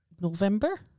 November